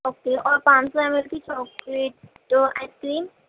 okay اور پانچ سو ایم ایل کی چاکلیٹ دو آئس کریم